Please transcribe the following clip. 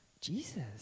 Jesus